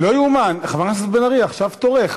לא ייאמן, חברת הכנסת בן ארי, עכשיו תורך.